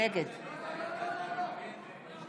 נגד